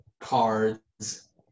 cards